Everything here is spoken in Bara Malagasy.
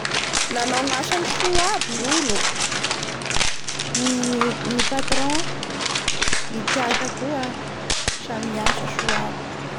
Niasa tsara aby hanareo tamin'ny tia tetikasa tsika raiky ity ka noho izay da itoy ngy karamanareo da tsy vitan'izay fa mbo apia bonusda la mbo mahavita anareo manao asa fanampiny mihoatsy ny asa tsika toy da mbo homeko karama ambininy hanareo.